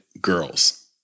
girls